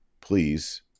please